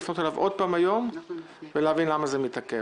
אני מבקש לפנות אליו עוד פעם היום ולהבין למה זה מתעכב.